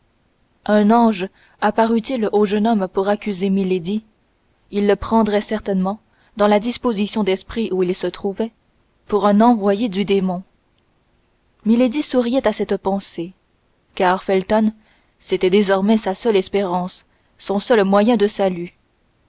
un ange apparût il au jeune homme pour accuser milady il le prendrait certainement dans la disposition d'esprit où il se trouvait pour un envoyé du démon milady souriait à cette pensée car felton c'était désormais sa seule espérance son seul moyen de salut